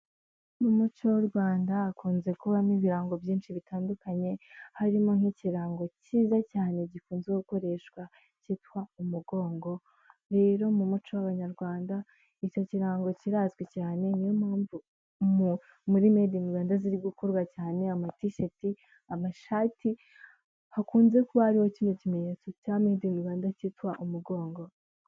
Mu muco w'u Rwanda hakunze kubamo ibirango byinshi bitandukanye, harimo nk'ikirango cyiza cyane gikunze gukoreshwa cyitwa umugongo. Rero mu muco w'abanyarwanda icyo kirango kirazwi cyane, niyo mpamvu muri medi ini rwanda ziri gukorwa cyane, amatisheti, amashati, hakunze kuba hariho kino kimenyetso cya medi ini Rwanda cyitwa umugongo.